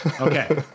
Okay